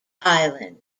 island